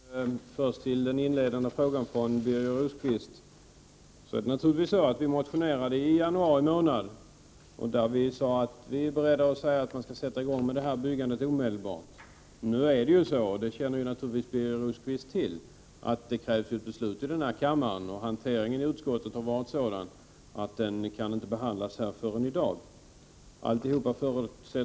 Herr talman! Först till den inledande frågan från Birger Rosqvist. Vi motionerade i januari månad och var då beredda att säga att byggandet skulle sättas i gång omedelbart. Men det är också så — det känner naturligtvis Birger Rosqvist till — att det krävs beslut i den här kammaren för detta, och hanteringen i utskottet har vårit sådan att frågan inte har kunnat behandlas förrän i dag.